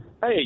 Hey